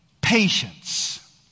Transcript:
patience